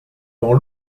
dans